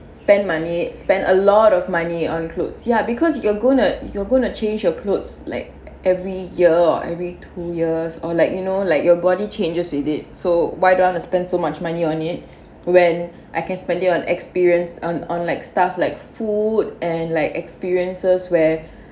spend money spend a lot of money on clothes ya because you're gonna you're gonna change your clothes like every year or every two years or like you know like your body changes with it so why do I want to spend so much money on it when I can spend it on experience and on on like stuff like food and like experiences where